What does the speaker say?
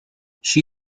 she